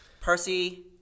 Percy